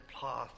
path